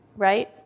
Right